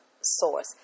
source